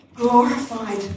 Glorified